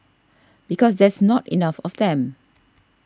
because there's not enough of them